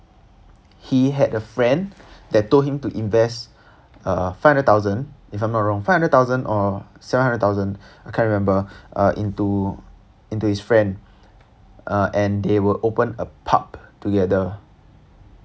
he had a friend that told him to invest uh five hundred thousand if I'm not wrong five hundred thousand or seven hundred thousand I can't remember uh into into his friend uh and they will open a pub together